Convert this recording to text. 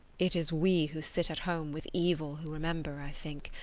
it is we who sit at home with evil who remember, i think,